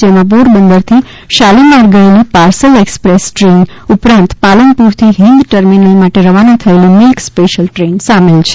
જેમાં પોરબંદરથી શાલીમાર ગયેલી પાર્સલ એક્ષપ્રેસ દ્રેન ઉપરાંત પાલનપુરથી હિંદ ટર્મિનલ માટે રવાના થયેલી મિલ્ક સ્પેશિયલ ટ્રેન સામેલ છે